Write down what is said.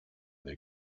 they